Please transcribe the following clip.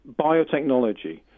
biotechnology